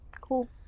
cool